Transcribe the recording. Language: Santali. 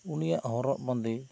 ᱩᱱᱤᱭᱟᱜ ᱦᱚᱨᱚᱜ ᱵᱟᱸᱫᱮ